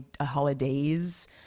holidays